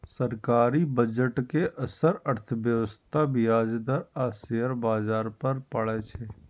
सरकारी बजट के असर अर्थव्यवस्था, ब्याज दर आ शेयर बाजार पर पड़ै छै